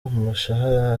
umushahara